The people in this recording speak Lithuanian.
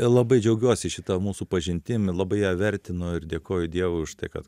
labai džiaugiuosi šita mūsų pažintim ir labai ją vertinu ir dėkoju dievui už tai kad